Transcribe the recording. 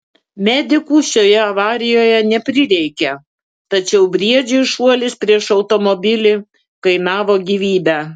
medikų šioje avarijoje neprireikė tačiau briedžiui šuolis prieš automobilį kainavo gyvybę